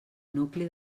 nucli